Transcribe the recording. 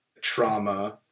trauma